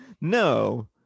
No